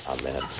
amen